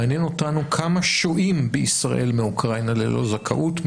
מעניין אותנו כמה שוהים בישראל מאוקראינה ללא זכאות,